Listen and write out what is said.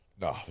No